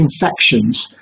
infections